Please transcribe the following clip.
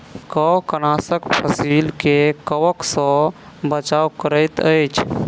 कवकनाशक फसील के कवक सॅ बचाव करैत अछि